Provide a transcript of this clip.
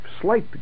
slight